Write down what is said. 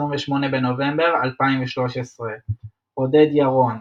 28 בנובמבר 2013 עודד ירון,